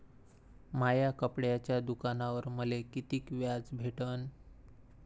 माया कपड्याच्या दुकानावर मले कितीक व्याज भेटन?